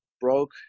broke